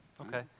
Okay